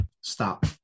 stop